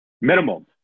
Minimum